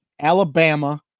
Alabama